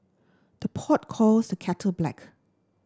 the pot calls the kettle black